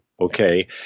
okay